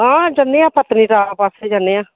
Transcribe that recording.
हां चलनेआं पत्नीटाप बस च जन्ने आं